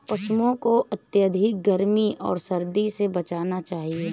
पशूओं को अत्यधिक गर्मी तथा सर्दी से बचाना चाहिए